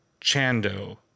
Chando